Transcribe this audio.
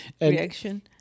reaction